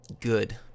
good